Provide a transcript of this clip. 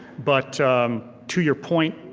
but to your point,